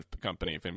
company